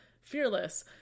fearless